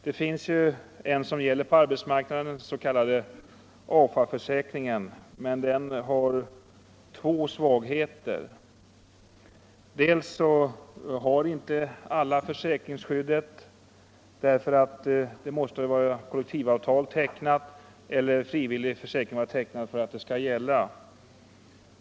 Den på arbetsmarknaden gällande s.k. AFA försäkringen har två svagheter. För det första har inte alla detta försäkringsskydd. För att försäkringen skall gälla krävs nämligen att kol 45 lektivavtal eller frivillig försäkring skall vara tecknad.